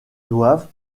doivent